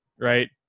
right